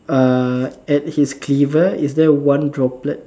uh at his cleaver is there one droplet